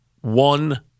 one